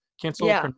cancel